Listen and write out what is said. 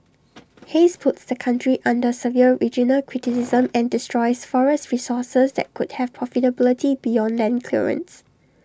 haze puts the country under severe regional criticism and destroys forest resources that could have profitability beyond land clearance